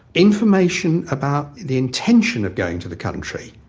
information about the intention of going to the country,